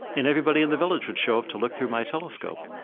and everybody in the village would show up to look through my telescope.